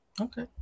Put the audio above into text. Okay